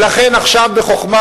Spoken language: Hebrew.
ולכן עכשיו בחוכמה,